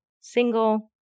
single